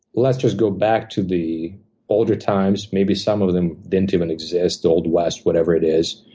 let's just go back to the older times. maybe some of them didn't even exist, old west, whatever it is,